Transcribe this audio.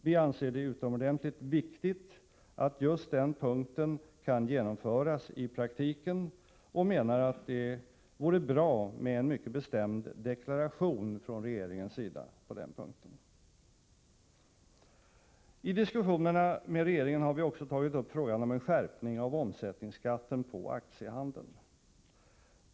Vi anser det utomordentligt viktigt att förslaget just på denna punkt kan genomföras i praktiken och menar att det vore bra med en mycket bestämd deklaration från regeringens sida härvidlag. I diskussionerna med regeringen har vi också tagit upp frågan om en skärpning av omsättningsskatten på aktiehandeln.